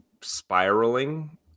spiraling